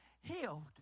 healed